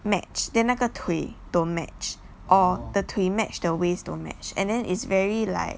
match then 那个腿 don't match or the 腿 match the waist don't match and then it's very like